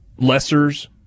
lessers